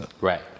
Right